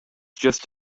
just